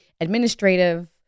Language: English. administrative